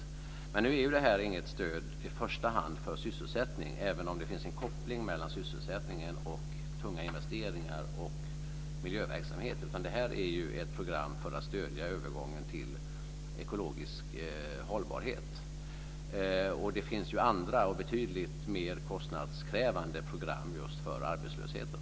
Men det lokala investeringsprogrammet är inget stöd för i första hand sysselsättning, även om det finns en koppling mellan sysselsättningen, tunga investeringar och miljöverksamhet, utan det är ett program för att stödja övergången till ekologisk hållbarhet. Det finns ju andra och betydligt mer kostnadskrävande program just för arbetslösheten.